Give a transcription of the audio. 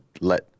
let